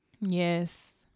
Yes